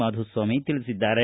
ಮಾಧುಸ್ವಾಮಿ ತಿಳಿಸಿದ್ದಾರೆ